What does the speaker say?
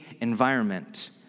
environment